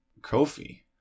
kofi